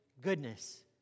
goodness